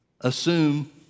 assume